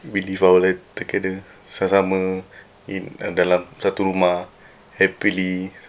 we live our life together sama-sama in dalam satu rumah happily